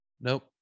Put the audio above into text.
Nope